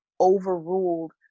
overruled